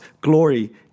glory